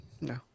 No